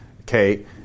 Okay